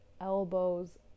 elbows